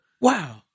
Wow